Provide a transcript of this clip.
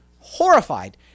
horrified